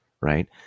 right